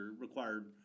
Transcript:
required